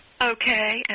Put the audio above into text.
Okay